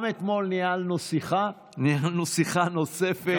גם אתמול ניהלנו שיחה, ניהלנו שיחה נוספת.